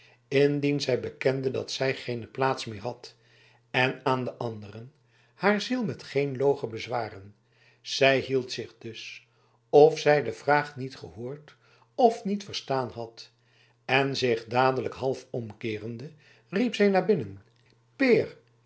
indien zij bekende dat zij geene plaats meer had en aan den anderen haar ziel met geen logen bezwaren zij hield zich dus of zij de vraag niet gehoord of niet verstaan had en zich dadelijk half omkeerende riep zij naar binnen peer